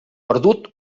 perdut